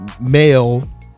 male